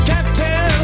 Captain